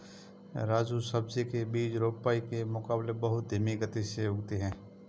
राजू सब्जी के बीज रोपाई के मुकाबले बहुत धीमी गति से उगते हैं